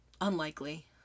Unlikely